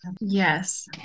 Yes